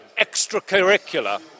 extracurricular